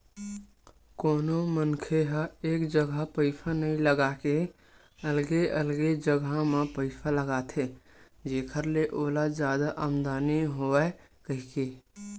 कोनो मनखे ह एक जगा पइसा नइ लगा के अलगे अलगे जगा म पइसा लगाथे जेखर ले ओला जादा आमदानी होवय कहिके